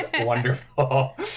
wonderful